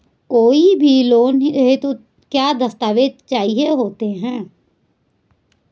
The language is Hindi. कोई भी लोन हेतु क्या दस्तावेज़ चाहिए होते हैं?